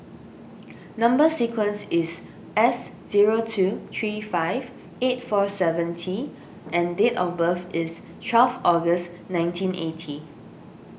Number Sequence is S zero two three five eight four seven T and date of birth is twelve August nineteen eighty